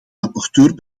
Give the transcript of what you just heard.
rapporteur